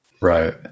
Right